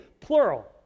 plural